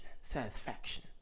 satisfaction